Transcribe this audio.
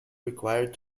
required